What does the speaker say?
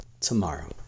tomorrow